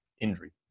injury